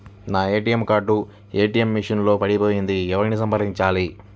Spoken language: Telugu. నా ఏ.టీ.ఎం కార్డు ఏ.టీ.ఎం మెషిన్ లో పడిపోయింది ఎవరిని సంప్రదించాలి?